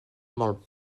molt